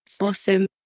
Awesome